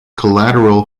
collateral